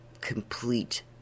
complete